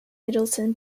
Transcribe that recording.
middleton